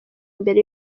imbere